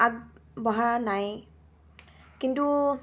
আগবঢ়া নাই কিন্তু